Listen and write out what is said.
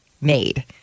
made